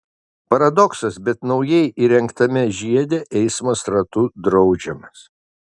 paradoksas bet naujai įrengtame žiede eismas ratu draudžiamas